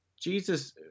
Jesus